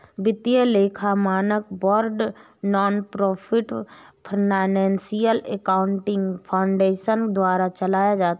वित्तीय लेखा मानक board nonprofit financial accounting foundation द्वारा चलाया जाता है